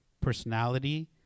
personality